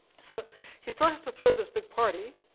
so he still has to throw this big party,